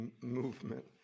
movement